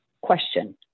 Question